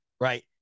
right